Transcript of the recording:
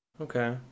Okay